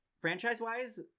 Franchise-wise